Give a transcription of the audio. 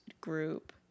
group